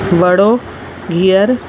वड़ो गीहर